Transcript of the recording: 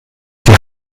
die